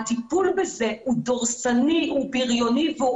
הטיפול בזה הוא דורסני הוא ביריוני והוא